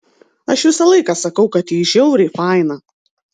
aš visą laiką sakau kad ji žiauriai faina